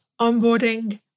onboarding